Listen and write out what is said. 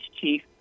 chief